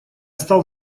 стал